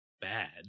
bad